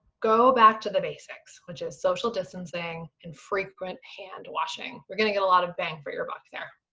go back to the basics. which is social distancing and frequent hand washing. you're gonna get a lot of bang for your buck there.